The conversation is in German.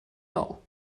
lau